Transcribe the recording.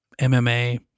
MMA